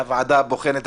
זו הוועדה הבוחנת,